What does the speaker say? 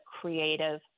creative